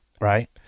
right